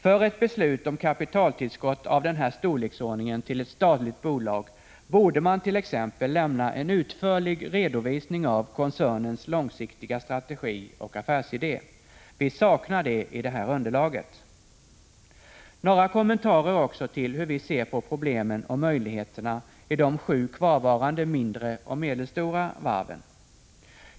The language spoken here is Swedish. För ett beslut om kapitaltillskott av denna storleksordning till ett statligt bolag borde man t.ex. lämna en utförlig redovisning av koncernens långsiktiga strategi och affärsidé. Vi saknar det i underlaget. Jag vill göra några kommentarer också till hur vi ser på problemen och möjligheterna i de sju kvarvarande mindre och medelstora varven.